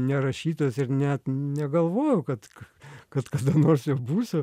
nerašytas ir net negalvojau kad kad kada nors būsiu